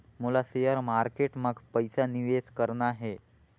मोला share market मां पइसा निवेश करना हे?